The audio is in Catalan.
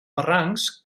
barrancs